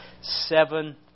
seven